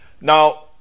Now